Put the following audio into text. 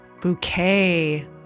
bouquet